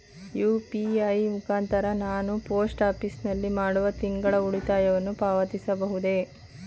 UPI ಮುಖಾಂತರ ನಾನು post office ನಲ್ಲಿ ಮಾಡುವ ತಿಂಗಳ ಉಳಿತಾಯವನ್ನು ಪಾವತಿಸಬಹುದೇ?